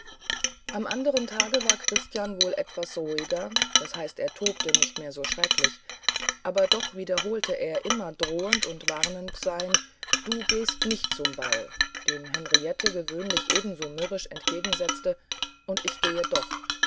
am anderen tage war christian wohl etwas ruhiger das heißt er tobte nicht mehr so erschrecklich aber doch wiederholte er immer drohen und warnend sein und du gehst nicht zum ball dem henriette gewöhnlich ebenso mürrisch entgegensetzte und ich gehe doch